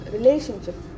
Relationship